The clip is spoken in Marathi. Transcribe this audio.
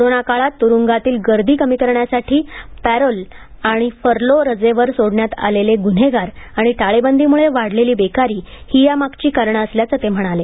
कोरोना काळात तुरूंगातील गर्दी कमी करण्यासाठी पैरोल आणि फर्लो रजेवर सोडण्यात आलेले गुन्हेगार आणि टाळेबंदीमुळे वाढलेली बेकारी ही या मागची कारणं असल्याचं ते म्हणाले